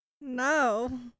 No